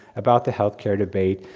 about the health care debate,